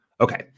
Okay